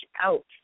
out